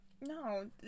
no